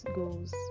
goes